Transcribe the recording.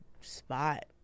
spot